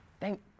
Thank